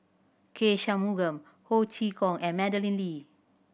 K Shanmugam Ho Chee Kong and Madeleine Lee